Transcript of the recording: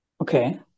Okay